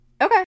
okay